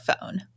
phone